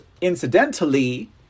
Incidentally